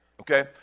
okay